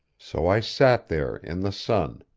so i sat there, in the sun,